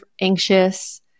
anxious